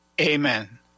Amen